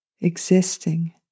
Existing